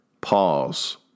pause